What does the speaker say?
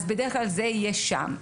בדרך כלל זה יהיה שם.